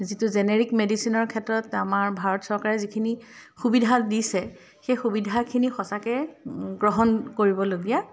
যিটো জেনেৰিক মেডিচিনৰ ক্ষেত্ৰত আমাৰ ভাৰত চৰকাৰে যিখিনি সুবিধা দিছে সেই সুবিধাখিনি সঁচাকৈ গ্ৰহণ কৰিবলগীয়া